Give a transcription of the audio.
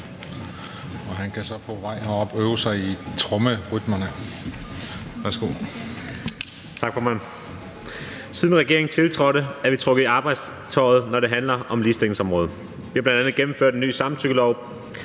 Kl. 14:49 (Ordfører) Lars Aslan Rasmussen (S): Tak, formand. Siden regeringen tiltrådte, er vi trukket i arbejdstøjet, når det handler om ligestillingsområdet. Vi har bl.a. gennemført en ny samtykkelov,